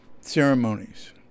ceremonies